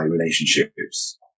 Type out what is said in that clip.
relationships